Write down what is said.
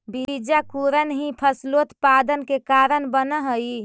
बीजांकुरण ही फसलोत्पादन के कारण बनऽ हइ